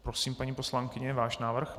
Prosím, paní poslankyně, váš návrh?